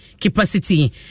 capacity